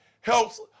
helps